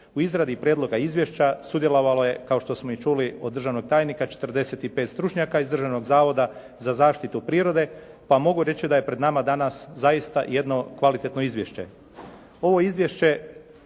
U izradi prijedloga izvješća sudjelovalo je, kao što smo i čuli od državnog tajnika 45 stručnjaka iz Državnog zavoda za zaštitu prirode, pa mogu reći da je pred nam danas zaista jedno kvalitetno izvješće.